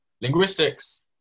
linguistics